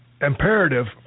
imperative